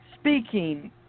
speaking